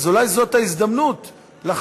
אז אולי זאת ההזדמנות לחקור,